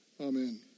Amen